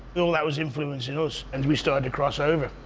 all that was influencing us, and we started to crossover,